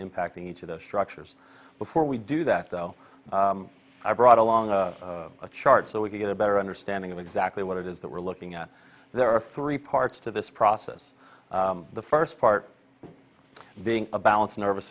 impacting each of the structures before we do that though i brought along a chart so we can get a better understanding of exactly what it is that we're looking at there are three parts to this process the first part being a balance nervous